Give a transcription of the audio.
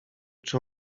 czy